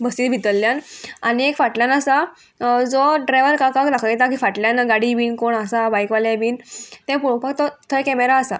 बसी भितरल्यान आनी एक फाटल्यान आसा जो ड्रायवर काकाक धाखयता की फाटल्यान गाडी बीन कोण आसा बायकवाले बीन तें पळोवपाक तो थंय कॅमेरा आसा